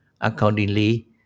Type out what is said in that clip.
accordingly